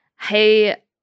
hey